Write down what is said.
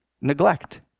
neglect